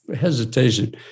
hesitation